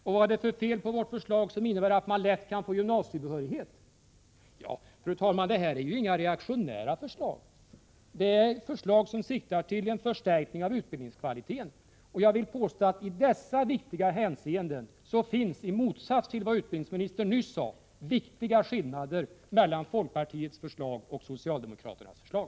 Och vad är det för fel på vårt förslag, som innebär att det blir lättare att få gymnasiebehörighet? Fru talman! Det här är inga reaktionära förslag. Det är förslag som siktar till en förstärkning av utbildningskvaliteten. Jag vill påstå att det i dessa viktiga hänseenden är, i motsats till vad utbildningsministern nyss sade, viktiga skillnader mellan folkpartiets förslag och socialdemokraternas förslag.